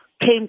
came